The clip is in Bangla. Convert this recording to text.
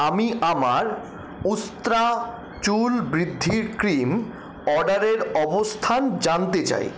আমি আমার উস্ত্রা চুল বৃদ্ধির ক্রিম অর্ডারের অবস্থান জানতে চাই